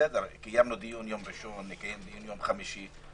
קיימנו דיון ביום ראשון, נקיים דיון ביום חמישי.